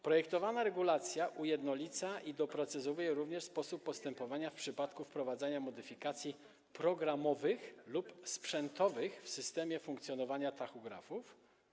Projektowana regulacja ujednolica i doprecyzowuje również sposób postępowania w przypadku wprowadzania modyfikacji programowych lub sprzętowych w systemie funkcjonowania tachografów.